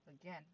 again